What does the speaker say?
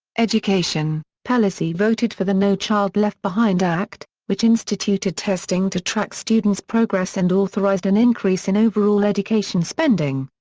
education pelosi voted for the no child left behind act, which instituted testing to track students' progress and authorized an increase in overall education spending.